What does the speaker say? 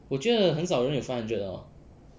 我觉得很少人有 five hundred lor